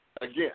Again